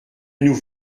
nous